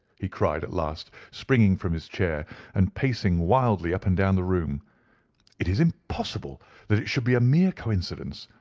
he cried, at last springing from his chair and pacing wildly up and down the room it is impossible that it should be a mere coincidence.